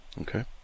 okay